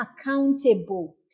accountable